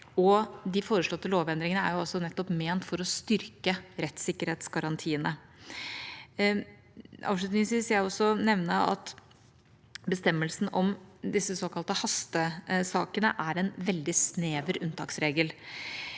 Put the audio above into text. de foreslåtte lovendringene er jo nettopp ment for å styrke rettssikkerhetsgarantiene. Avslutningsvis vil jeg også nevne at bestemmelsen om disse såkalte hastesakene er en veldig snever unntaksregel.